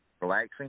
relaxing